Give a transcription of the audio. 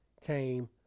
came